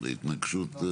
בדיוק, זה התנגשות.